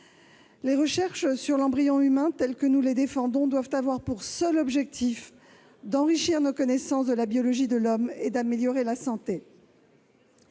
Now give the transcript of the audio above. Les recherches sur l'embryon humain telles que nous les défendons doivent avoir pour seul objectif d'enrichir nos connaissances de la biologie de l'homme et d'améliorer la santé.